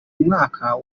mwaka